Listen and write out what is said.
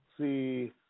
see